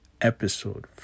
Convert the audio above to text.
Episode